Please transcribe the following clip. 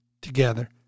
together